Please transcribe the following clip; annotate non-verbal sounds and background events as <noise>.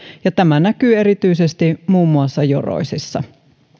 <unintelligible> <unintelligible> tämä näkyy erityisesti muun muassa joroisissa